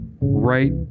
right